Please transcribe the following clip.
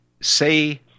say